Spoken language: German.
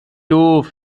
doof